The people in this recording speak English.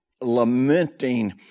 lamenting